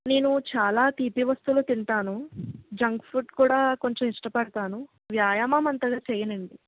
నేను చాలా తీపి వస్తువులు తింటాను జంక్ ఫుడ్ కూడా కొంచెం ఇష్టపడతాను వ్యాయామం అంతగా చెయ్యనండి